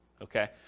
Okay